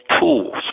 tools